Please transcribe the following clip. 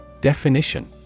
definition